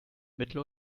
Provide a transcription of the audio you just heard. mittel